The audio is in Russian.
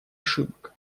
ошибок